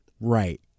Right